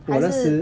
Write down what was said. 还是